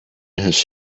his